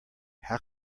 how